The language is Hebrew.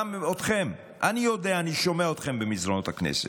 אני יודע, אני שומע אתכם במסדרונות הכנסת.